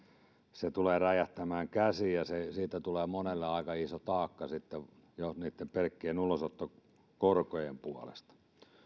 se tulee räjähtämään käsiin ja siitä tulee monelle aika iso taakka jo niitten pelkkien ulosottokorkojen puolesta